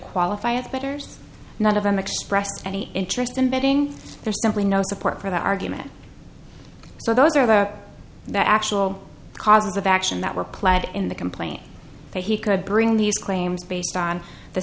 qualify as betters none of them expressed any interest in betting there's simply no support for the argument so those are about the actual causes of action that were played in the complaint that he could bring these claims based on the